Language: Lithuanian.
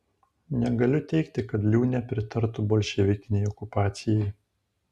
negaliu teigti kad liūnė pritartų bolševikinei okupacijai